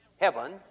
heaven